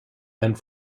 and